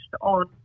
on